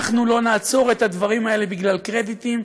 אנחנו לא נעצור את הדברים האלה בגלל קרדיטים.